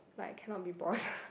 like I cannot be bothered